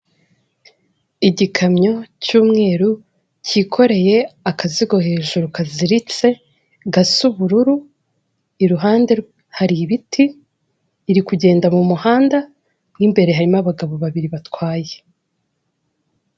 Igikamyo cy'umweru cyikoreye akazigo hejuru kaziritse gasa ubururu, iruhande rwe hari ibiti iri kugenda mu muhanda w'imbere harimo abagabo babiri batwaye.